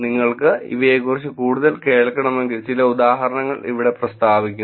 നിങ്ങൾക്ക് ഇവയെക്കുറിച്ച് കൂടുതൽ കേൾക്കണമെങ്കിൽ ചില ഉദാഹരണങ്ങൾ ഇവിടെ പ്രസ്താവിക്കുന്നു